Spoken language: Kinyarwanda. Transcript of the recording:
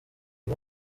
iyi